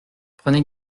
prenez